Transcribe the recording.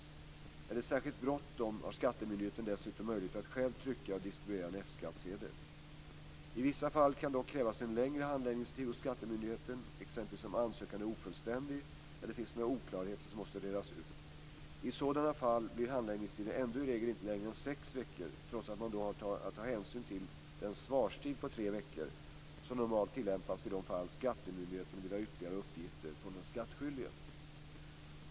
Är det särskilt bråttom har skattemyndigheten dessutom möjlighet att själv trycka och distribuera en F-skattsedel. I vissa fall kan det dock krävas en längre handläggningstid hos skattemyndigheten, exempelvis om ansökan är ofullständig eller om det finns några andra oklarheter som måste redas ut. I sådana fall blir handläggningstiden ändå i regel inte längre än sex veckor, trots att man då har att ta hänsyn till den svarstid på tre veckor som normalt tillämpas i de fall skattemyndigheten vill ha ytterligare uppgifter från den skattskyldige.